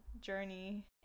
journey